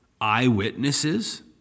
eyewitnesses